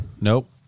Nope